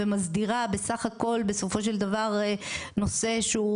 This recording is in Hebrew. ומסדירה בסך הכל בסופו של דבר נושא שהוא